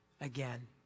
again